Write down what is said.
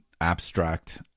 abstract